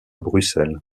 bruxelles